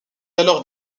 alors